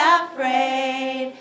afraid